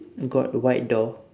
got white door